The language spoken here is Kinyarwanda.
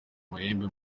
amahembe